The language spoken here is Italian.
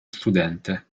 studente